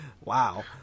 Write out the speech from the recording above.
Wow